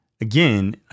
again